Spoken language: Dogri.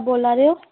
बोल्ला दे ओ